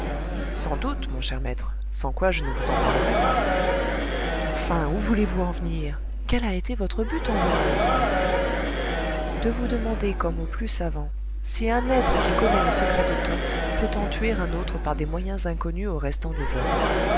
sans doute mon cher maître sans quoi je ne vous en parlerais pas enfin où voulez-vous en venir quel a été votre but en venant ici de vous demander comme au plus savant si un être qui connaît le secret de toth peut en tuer un autre par des moyens inconnus au restant des hommes